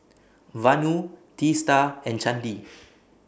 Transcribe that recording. Vanu Teesta and Chandi